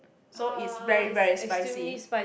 so is very very spicy